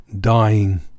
dying